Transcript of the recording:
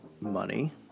Money